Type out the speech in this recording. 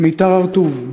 מיתר הרטוב,